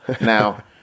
Now